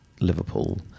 Liverpool